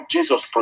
Jesus